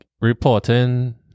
reporting